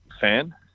fan